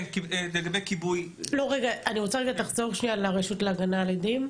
לגבי הרשות להגנה על עדים,